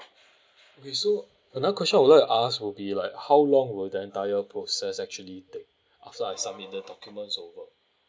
okay so another question I would like to ask will be like how long will then the entire process actually take after I submit the documents over